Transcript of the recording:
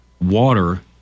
water